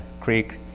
creek